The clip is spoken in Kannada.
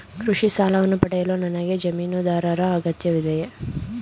ಕೃಷಿ ಸಾಲವನ್ನು ಪಡೆಯಲು ನನಗೆ ಜಮೀನುದಾರರ ಅಗತ್ಯವಿದೆಯೇ?